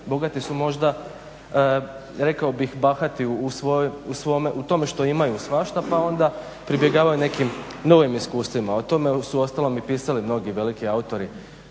bogati su možda rekao bih bahati u svome, u tome što imaju svašta pa onda pribjegavaju nekim novim iskustvima. O tome su uostalom i pisali mnogi veliki autori